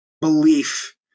belief